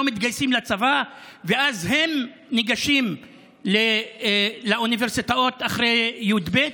מתגייסים לצבא ואז הם ניגשים לאוניברסיטאות אחרי י"ב?